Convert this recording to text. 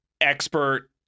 expert